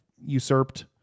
usurped